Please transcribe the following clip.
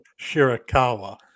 Shirakawa